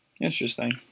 Interesting